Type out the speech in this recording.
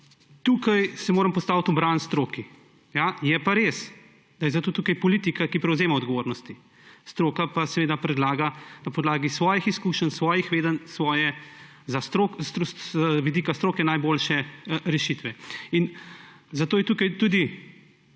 Tukaj se moram postaviti v bran stroki. Je pa res, da je tukaj politika, ki prevzema odgovornosti, stroka pa seveda predlaga na podlagi svojih izkušenj, svojih vedenj z vidika stroke najboljše rešitve. Zato je tukaj tudi